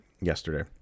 yesterday